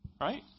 Right